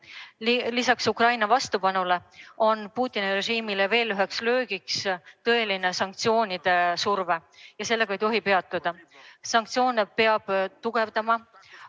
Lisaks Ukraina vastupanule on Putini režiimile veel üheks löögiks sanktsioonide tõeline surve. Siin ei tohi peatuda. Sanktsioone peab tugevdama,